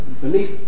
belief